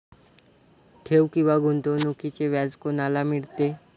ठेव किंवा गुंतवणूकीचे व्याज कोणाला मिळते?